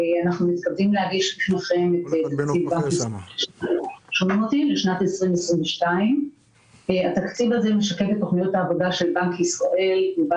אנחנו מתכוונים להגיש לכם את התקציב לשנת 2022. התקציב הזה משקף את תוכניות העבודה של בנק ישראל ובא